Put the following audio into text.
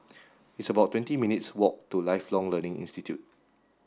it's about twenty minutes' walk to Lifelong Learning Institute